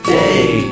day